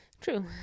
True